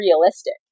realistic